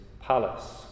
palace